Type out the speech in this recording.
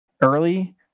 early